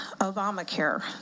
Obamacare